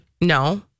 No